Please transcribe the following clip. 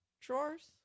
drawers